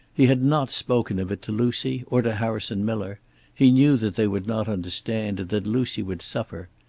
he had not spoken of it to lucy, or to harrison miller he knew that they would not understand, and that lucy would suffer.